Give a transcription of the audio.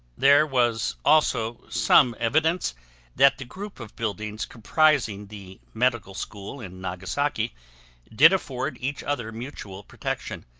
there was also some evidence that the group of buildings comprising the medical school in nagasaki did afford each other mutual protection.